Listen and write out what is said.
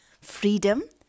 Freedom